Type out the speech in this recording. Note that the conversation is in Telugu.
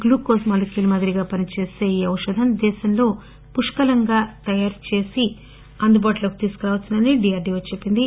గ్లూకోజ్ మాలిక్యూల్ మాదిరిగా పనిచేసే ఈ ఔషధం దేశంలో పుష్కలంగా అందుబాటులోకి రావచ్చునని డీఆర్దీవో చెప్పింది